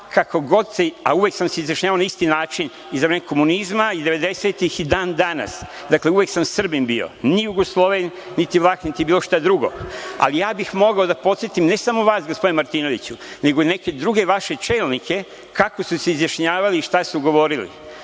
izjašnjavao, a uvek sam se izjašnjavao na isti način, i za vreme komunizma, i 90-ih, i dan-danas, dakle, uvek sam bio Srbin, ni Jugosloven, niti Vlah, niti bilo šta drugo, ali ja bih mogao da podsetim, ne samo vas, gospodine Martinoviću, nego i neke druge vaše čelnike, kako su se izjašnjavali i šta su govorili,